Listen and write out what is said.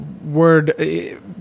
Word